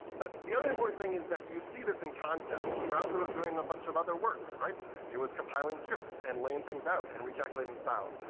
but the other important thing is that you see this in context, the browser was doing a bunch of other work. it was compiling scripts, and laying things out, and recalculating style.